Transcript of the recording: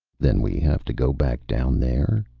then we have to go back down there,